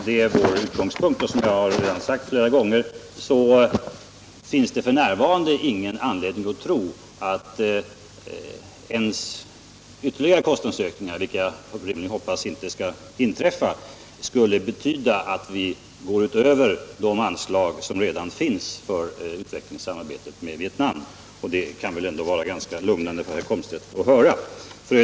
Det är vår utgångspunkt, och det finns, som jag redan sagt flera gånger, f.n. ingen anledning att tro att ens ytterligare kostnadsökningar — som jag hoppas inte skall inträffa — skulle betyda att vi går utöver de anslag som redan finns för utvecklingssamarbetet med Vietnam. Det kan väl ändå vara ganska lugnande för herr Komstedt att höra.